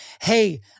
Hey